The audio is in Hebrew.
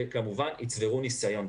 וכמובן יצברו ניסיון.